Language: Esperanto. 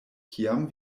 kiam